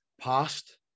past